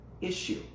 issue